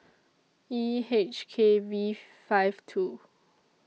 E H K V five two